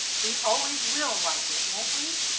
we always will like it, won't we?